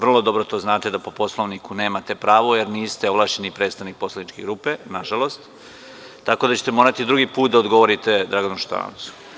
Vrlo dobro to znate da po Poslovniku nemate pravo, jer niste ovlašćeni predstavnik poslaničke grupe, nažalost, tako da ćete morati drugi put da odgovorite Draganu Šutanovcu.